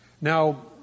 Now